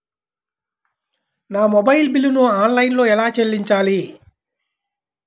నా మొబైల్ బిల్లును ఆన్లైన్లో ఎలా చెల్లించాలి?